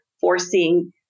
forcing